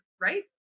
right